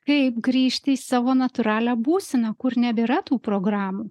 kaip grįžti į savo natūralią būseną kur nebėra tų programų